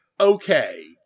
okay